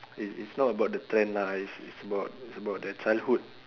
it's it's not about the trend lah it's it's about it's about the childhood